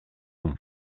een